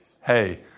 hey